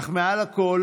אך מעל הכול